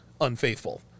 unfaithful